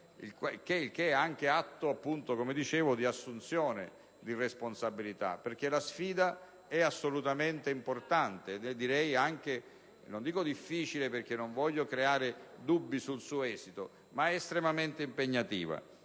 tratta di un atto, come dicevo, di assunzione di responsabilità, perché la sfida è assolutamente importante ed è anche non dico difficile, perché non voglio creare dubbi sul suo esito, ma estremamente impegnativa: